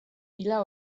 pila